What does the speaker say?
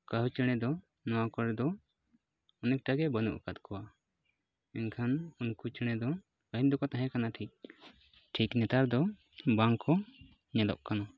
ᱠᱟᱹᱦᱩ ᱪᱮᱬᱮ ᱫᱚ ᱱᱚᱣᱟ ᱠᱚᱨᱮ ᱫᱚ ᱚᱱᱮᱠᱴᱟ ᱜᱮ ᱵᱟᱹᱱᱩᱜ ᱟᱠᱟᱫ ᱠᱚᱣᱟ ᱮᱱᱠᱷᱟᱱ ᱩᱱᱠᱩ ᱪᱮᱬᱮ ᱫᱚ ᱯᱟᱹᱦᱤᱞ ᱫᱚᱠᱚ ᱛᱟᱦᱮᱸ ᱠᱟᱱᱟ ᱴᱷᱤᱠ ᱱᱮᱛᱟᱨ ᱫᱚ ᱵᱟᱝᱠᱚ ᱧᱮᱞᱚᱜ ᱠᱟᱱᱟ